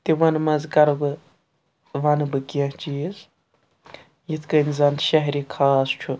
تِمَن منٛز کَرٕ بہٕ وَنہٕ بہٕ کیٚنٛہہ چیٖز یِتھ کٔنۍ زَن شہرِ خاص چھُ